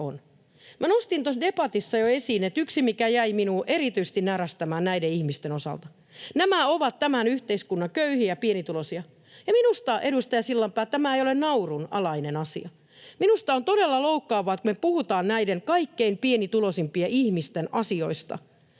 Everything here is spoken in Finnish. tuossa debatissa jo esiin, että yksi, mikä jäi minua erityisesti närästämään näiden ihmisten osalta, nämä ovat tämän yhteiskunnan köyhiä ja pienituloisia... — Ja minusta, edustaja Sillanpää, tämä ei ole naurun alainen asia. Minusta on todella loukkaavaa, että kun me puhutaan näiden kaikkein pienituloisimpien ihmisten asioista,